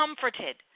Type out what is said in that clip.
comforted